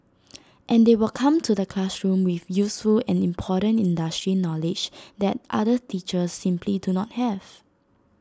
and they will come to the classroom with useful and important industry knowledge that other teachers simply do not have